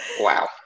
Wow